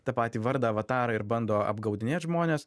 tą patį vardą avatarą ir bando apgaudinėt žmones